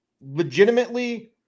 Legitimately